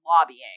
lobbying